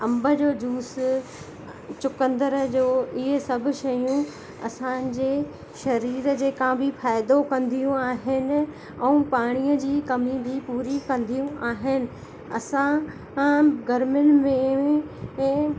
अंब जो जूस चुकंदर जो इहे सभु शयूं असांजे शरीर जे का बि फ़ाइदो कंदियूं आहिन ऐं पाणीअ जी कमी बि पूरी कंदियूं आहिनि असां गर्मियुनि में ऐं